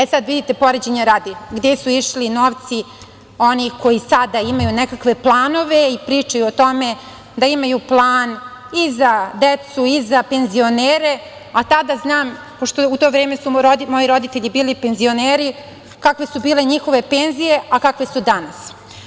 I, sada vidite, poređenja radi, gde su išli novci onih koji sada imaju nekakve planove i pričaju o tome da imaju plan i za decu i za penzionere, a tada znam, pošto su moji roditelji bili penzioneri, kakve su bile njihove penzije, a kakve su danas.